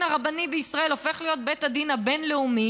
הרבני בישראל הופך להיות בית הדין הבין-לאומי.